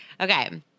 Okay